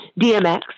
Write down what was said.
DMX